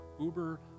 uber